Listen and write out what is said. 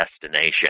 destination